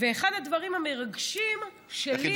אחד הדברים המרגשים שלי,